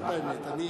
זאת האמת.